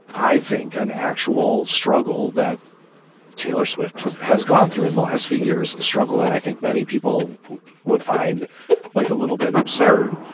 i think, an actual struggle that taylor swift has gone through in the last few years, a struggle that i think many people would find like a little bit absurd,